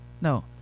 no